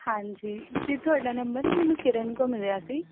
ਹਾਂਜੀ ਜੀ ਤੁਹਾਡਾ ਨੰਬਰ ਨਾ ਮੈਨੂੰ ਕਿਰਨ ਤੋਂ ਮਿਲਿਆ ਸੀ